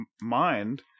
mind